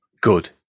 good